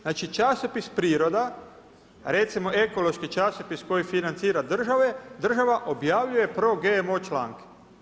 Znači časopis Priroda, recimo ekološki časopis koji financira država, objavljuje pro GMO članke.